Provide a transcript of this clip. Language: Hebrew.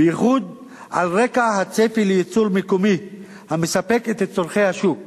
בייחוד על רקע הצפי לייצור מקומי המספק את צורכי השוק.